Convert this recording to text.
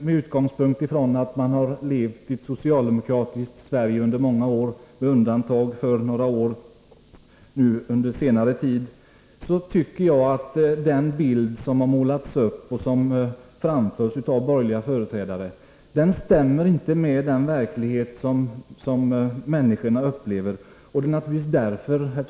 Med utgångspunkt i att vi har levt i ett socialdemokratiskt Sverige under många år, med undantag för några år nu under senare tid, tycker jag att den bild som har målats upp av borgerliga företrädare inte stämmer med den verklighet som människorna upplever.